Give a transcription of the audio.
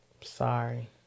Sorry